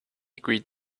agreed